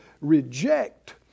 reject